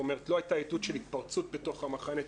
זאת אומרת לא הייתה עדות של התפרצות בתוך המחנה.